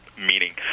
Meaning